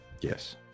yes